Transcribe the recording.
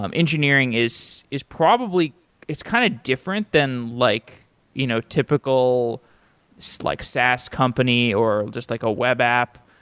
um engineering is is probably it's kind of different than like you know typical so like saas company or just like a web app.